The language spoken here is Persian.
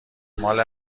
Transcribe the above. مال